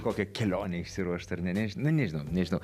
kokią kelionę išsiruošt ar ne neži nu nežinau nežinau